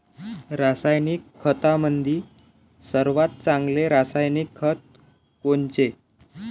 रासायनिक खतामंदी सर्वात चांगले रासायनिक खत कोनचे?